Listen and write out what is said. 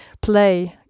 play